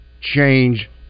change